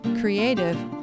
creative